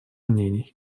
мнений